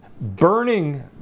burning